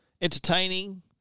entertaining